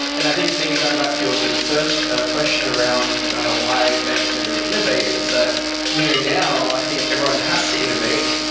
and i think maybe going back to your sort of first question around why banks don't really innovate, is that you know now, i think everyone has to innovate,